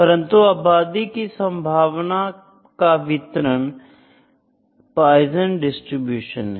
परंतु आबादी की संभावना का वितरण पाइजन डिस्ट्रीब्यूशन है